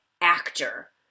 actor